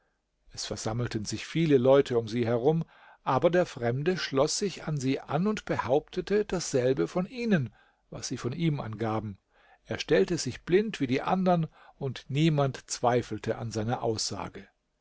es versammelten sich viele leute um sie herum aber der fremde schloß sich an sie an und behauptete dasselbe von ihnen was sie von ihm angaben er stellte sich blind wie die andern und niemand zweifelte an seiner aussage